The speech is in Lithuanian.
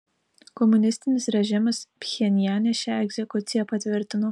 komunistinis režimas pchenjane šią egzekuciją patvirtino